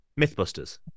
Mythbusters